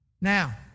Now